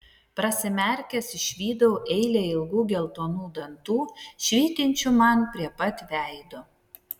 prasimerkęs išvydau eilę ilgų geltonų dantų švytinčių man prie pat veido